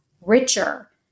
richer